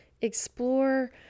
Explore